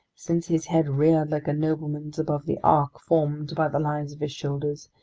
since his head reared like a nobleman's above the arc formed by the lines of his shoulders,